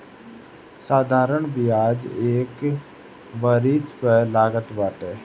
साधारण बियाज एक वरिश पअ लागत बाटे